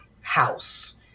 house